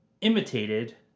imitated